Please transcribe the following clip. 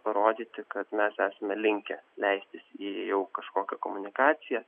parodyti kad mes esame linkę leistis į jau kažkokią komunikaciją